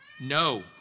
No